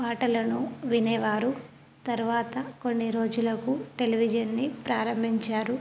పాటలను వినేవారు తర్వాత కొన్ని రోజులకు టెలివిజన్ని ప్రారంభించారు